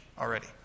already